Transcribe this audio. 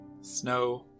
Snow